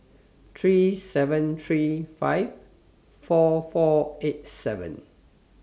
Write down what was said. three seven three five four four eight seven